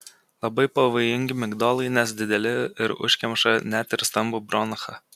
labai pavojingi migdolai nes dideli ir užkemša net ir stambų bronchą